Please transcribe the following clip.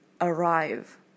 arrive